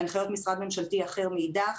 להנחיות משרד ממשלתי אחר מאידך,